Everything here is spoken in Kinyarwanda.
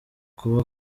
kuba